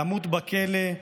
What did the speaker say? למות בכלא.